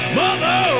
mother